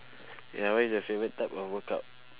ya what is your favourite type of workout